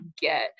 get